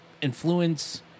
influence